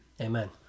Amen